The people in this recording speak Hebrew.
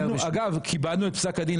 אגב, כיבדנו את פסק הדין.